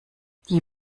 die